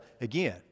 again